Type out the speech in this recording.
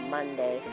Monday